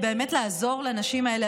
היא באמת לעזור לנשים האלה,